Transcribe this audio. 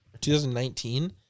2019